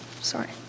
sorry